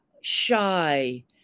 shy